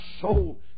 soul